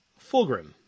Fulgrim